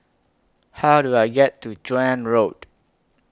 How Do I get to Joan Road